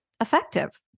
effective